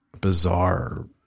bizarre